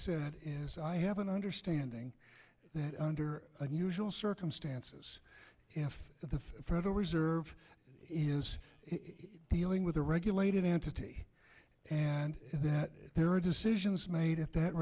said is i have an understanding that under unusual circumstances if the federal reserve is dealing with a regulated entity and there are decisions made at that